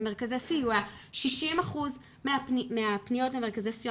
במרכזי סיוע 60% מהפניות למרכזי סיוע